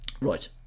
right